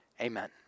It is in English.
Amen